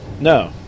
No